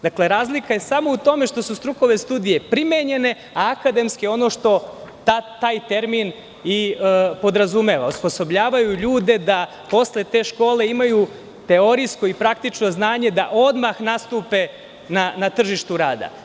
Dakle, razlika je u tome samo što su strukovne studije primenjene, a akademske ono što taj termin i podrazumeva, osposobljavaju ljude da posle te škole imaju teorijsko i praktično znanje da odmah nastupe na tržištu rada.